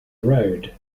road